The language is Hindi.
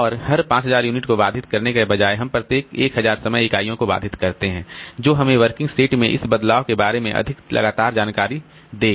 और हर 5000 यूनिट को बाधित करने के बजाय हम प्रत्येक 1000 समय इकाइयों को बाधित करते हैं जो हमें वर्किंग सेट में इस बदलाव के बारे में अधिक लगातार जानकारी देगा